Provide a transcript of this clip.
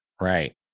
Right